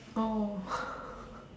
oh